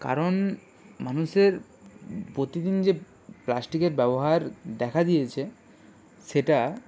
কারণ মানুষের প্রতিদিন যে প্লাস্টিকের ব্যবহার দেখা দিয়েছে সেটা